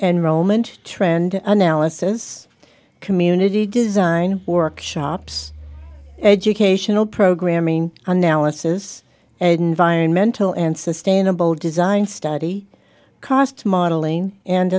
moment trend analysis community design workshops educational programming analysis and environmental and sustainable design study cost modeling and